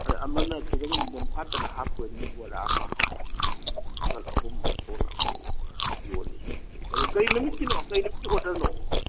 ꯑꯗꯩ ꯑꯃ ꯈꯤꯇꯪ ꯃꯨꯟꯐꯥꯠꯇꯅ ꯍꯥꯞꯕꯣꯏꯜꯒꯤ ꯕꯣꯔꯥ ꯑꯃ ꯃꯈꯜ ꯑꯍꯨꯝ ꯊꯣꯛꯅ ꯑꯩꯈꯣꯏ ꯌꯣꯜꯂꯤ ꯑꯗꯨ ꯀꯩ ꯅꯨꯃꯤꯠꯀꯤꯅꯣ ꯀꯩ ꯅꯨꯃꯤꯠꯀꯤ ꯑꯣꯔꯗꯔꯅꯣ